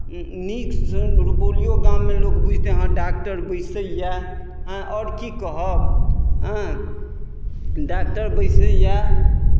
नीकसँ रुपौलियो गाममे लोक बुझितै हँ डॉक्टर बैसैए आओर की कहब हँ डॉक्टर बैसैए